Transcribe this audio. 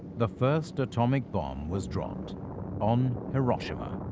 the first atomic bomb was dropped on hiroshima.